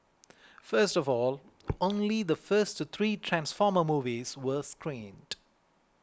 first of all only the first three Transformer movies were screened